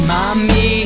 Mommy